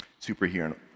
superhero